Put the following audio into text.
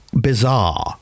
bizarre